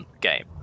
game